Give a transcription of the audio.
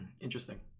interesting